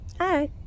Hi